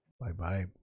Bye-bye